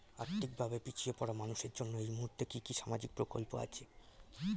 আর্থিক ভাবে পিছিয়ে পড়া মানুষের জন্য এই মুহূর্তে কি কি সামাজিক প্রকল্প আছে?